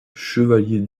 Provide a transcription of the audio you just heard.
chevalier